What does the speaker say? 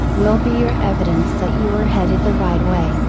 will be your evidence that you are headed the right way.